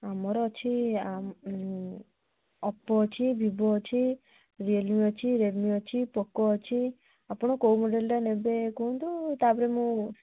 ଆମର ଅଛି ଓପୋ ଅଛି ଭିବୋ ଅଛି ରିଅଲମି ଅଛି ରେଡମି ଅଛି ପୋକୋ ଅଛି ଆପଣ କୋଉ ମଡେଲଟା ନେବେ କୁହନ୍ତୁ ତାପରେ ମୁଁ